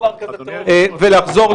אדוני, אני מבקש.